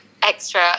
extra